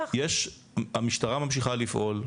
המשטרה ממשיכה לפעול,